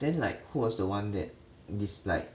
then like who was the one that dis~ like